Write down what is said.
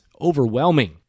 overwhelming